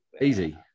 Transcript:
Easy